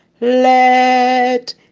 Let